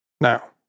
Now